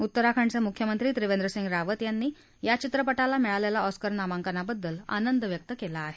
उत्तराखंडचे मुख्यमंत्री त्रिवेंद्रसिंग रावत यांनी या चित्रपटाला मिळालेला ऑस्कर नामांकनाबद्दल आनंद व्यक्त केला आहे